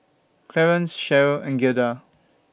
Clearence Cherryl and Giada